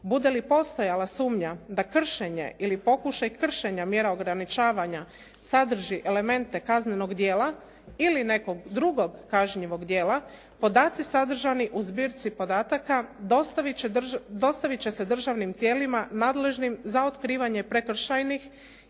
Bude li postojala sumnja da kršenje ili pokušaj kršenja mjera ograničavanja sadrži elemente kaznenog djela ili nekog drugog kažnjivog djela, podaci sadržani u zbirci podataka dostavit će se državnim tijelima nadležnim za otkrivanje prekršajnih